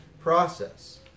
process